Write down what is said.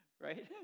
Right